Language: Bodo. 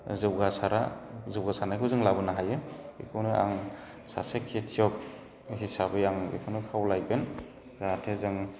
जौगासारनायखौ जों लाबोनो हायो बेखौनो आं सासे खेथियग हिसाबै आं बेखौनो खावलायगोन जाहाथे जों